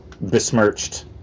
besmirched